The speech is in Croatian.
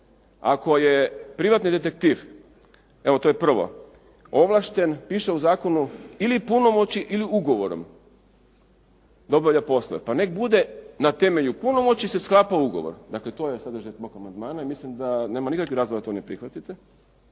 to je prvo, ovlašten piše u zakonu ili punomoći ili ugovorom da obavlja poslove pa nek' bude. Na temelju punomoći se sklapa ugovor, dakle to je sadržaj mog amandmana i mislim da nema nikakvih razloga da to ne prihvatite